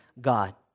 God